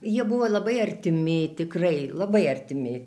jie buvo labai artimi tikrai labai artimi